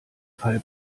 fall